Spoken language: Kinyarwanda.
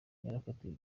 yarakatiwe